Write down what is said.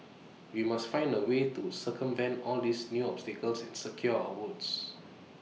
we must find A way to circumvent all these new obstacles and secure our votes